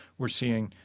we're seeing,